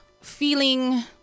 feeling